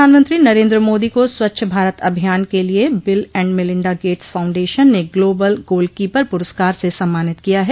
प्रधानमंत्री नरेन्द्र मोदी को स्वच्छ भारत अभियान के लिए Bill and Melinda Gates foundation ने ग्लोबल गोलकीपर पुरस्कार से सम्मानित किया है